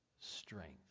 strength